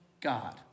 God